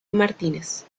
martínez